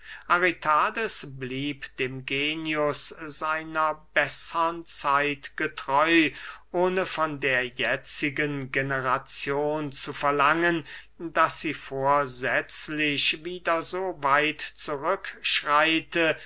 aritades blieb dem genius seiner bessern zeit getreu ohne von der jetzigen generazion zu verlangen daß sie vorsetzlich wieder so weit